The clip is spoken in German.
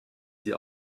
die